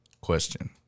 Question